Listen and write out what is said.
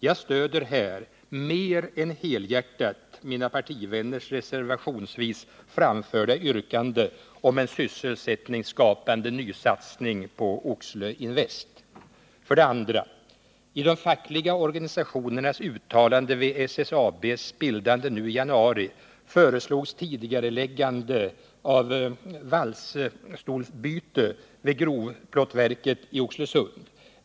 Jag stöder här mer än helhjärtat mina partivänners reservationsvis framförda yrkande om en sysselsättningsskapande nysatsning på Oxelöinvest. För det andra: I de fackliga organisationernas uttalande vid SSAB:s bildande nu i januari föreslogs tidigareläggande av valsstolsbyte vid grov plåtverket i Oxelösund.